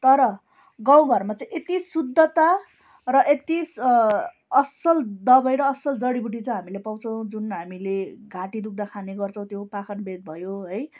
तर गाउँ घरमा चाहिँ यति शुद्धता र यति असल दवाई र असल जरीबुटी चाहिँ हामीले पाउँछौँ जुन हामीले घाँटी दुख्दा खाने गर्छौँँ त्यो पाखनबेद भयो है